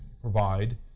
provide